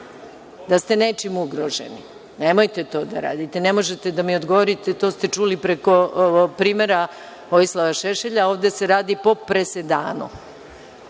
da ste nečim ugroženi. Nemojte to da radite. Ne možete da mi odgovorite, jer to ste čuli preko primera Vojislava Šešlja, a ovde se radi po presedanu. Reč